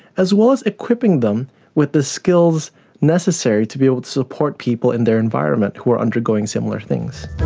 as well as equipping them with the skills necessary to be able to support people in their environment who are undergoing similar things.